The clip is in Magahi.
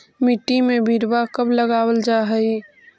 मिट्टी में बिरवा कब लगावल जा हई?